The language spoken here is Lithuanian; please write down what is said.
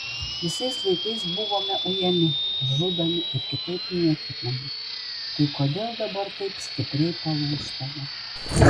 visais laikais buvome ujami žudomi ir kitaip niekinami tai kodėl dabar taip stipriai palūžtame